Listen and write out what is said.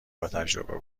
باتجربه